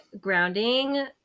grounding